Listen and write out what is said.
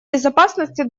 безопасности